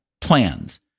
plans